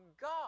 God